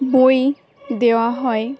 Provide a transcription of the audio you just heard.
বই দেওয়া হয়